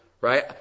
Right